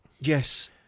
Yes